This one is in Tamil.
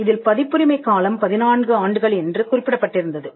இதில் பதிப்புரிமை காலம் 14 ஆண்டுகள் என்று குறிப்பிடப்பட்டிருந்தது